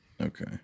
Okay